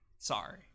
Sorry